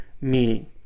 meaning